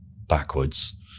backwards